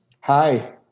Hi